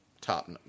top